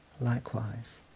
likewise